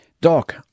Doc